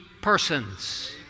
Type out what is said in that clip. persons